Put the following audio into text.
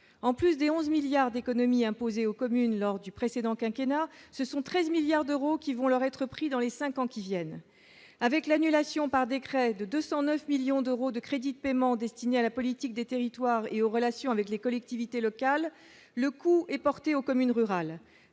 en plus de 11 milliards d'économies imposées aux Communes lors du précédent quinquennat ce sont 13 milliards d'euros qui vont leur être pris dans les 5 ans qui viennent, avec l'annulation par décret de 209 millions d'euros de crédits de paiement destiné à la politique des territoires et aux relations avec les collectivités locales, le coup est porté aux communes rurales